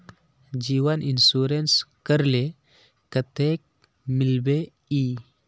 जीवन इंश्योरेंस करले कतेक मिलबे ई?